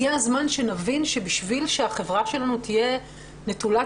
הגיע הזמן שנבין שכדי שהחברה שלנו תהיה נטולת